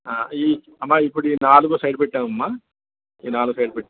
ఆ ఈ అమ్మా ఇప్పుడు ఈ నాలుగు సైడ్ పెట్టాము అమ్మా ఈ నాలుగు సైడ్ పెట్టు